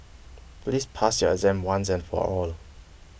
please pass your exam once and for all